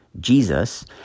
Jesus